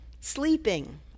sleeping